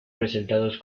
presentados